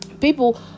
people